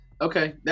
Okay